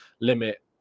Limit